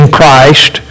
Christ